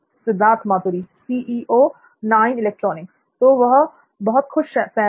सिद्धार्थ मातुरी तो यह खुश सैम है